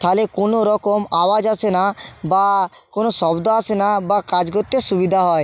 তাহলে কোনো রকম আওয়াজ আসে না বা কোনো শব্দ আসে না বা কাজ করতে সুবিধা হয়